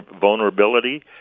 vulnerability